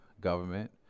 government